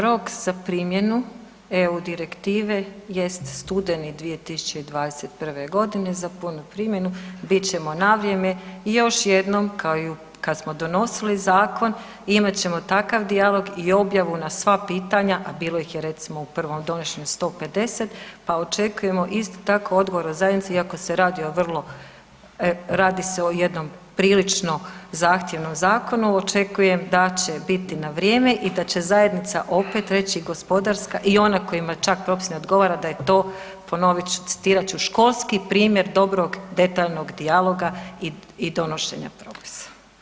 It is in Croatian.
Rok za primjenu EU Direktive jest studeni 2021. g. za punu primjenu, bit ćemo na vrijeme i još jednom, kao i kad smo donosili zakon, imat ćemo takav dijalog i objavu na sva pitanja, a bilo ih je recimo, u prvom donošenju 150 pa očekujemo isto tako, odgovor od zajednice, iako se radi o vrlo, radi se o jednom prilično zahtjevnom zakonu, očekujem da će biti za vrijeme i da će zajednica opet reći gospodarska i ona kojima čak propis ne odgovara, da je to, ponovit ću, citirat ću, školski primjer dobrog, detaljnog dijaloga i donošenja propisa.